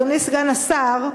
אדוני סגן השר,